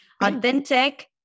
Authentic